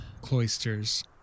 cloisters